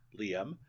Liam